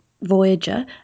Voyager